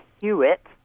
Hewitt